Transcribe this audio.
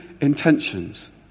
intentions